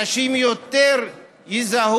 אנשים יותר יזדהו,